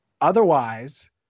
otherwise